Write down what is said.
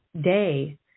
day